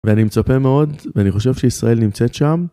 ואני מצפה מאוד, ואני חושב שישראל נמצאת שם.